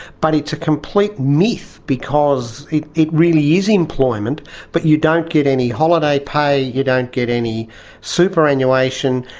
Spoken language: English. but it's a complete myth because it it really is employment but you don't get any holiday pay, you don't get any superannuation,